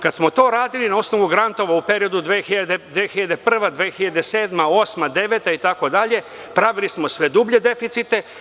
Kad smo to radili na osnovu grantova u periodu 2000, 2001, 2007, 2008. i 2009. godina itd, pravili smo sve dublje deficite.